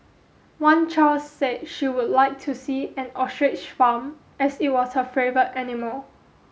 one child said she would like to see an ostrich farm as it was her favourite animal